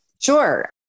Sure